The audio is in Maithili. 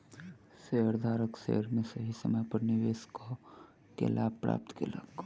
शेयरधारक शेयर में सही समय पर निवेश कअ के लाभ प्राप्त केलक